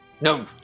No